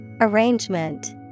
Arrangement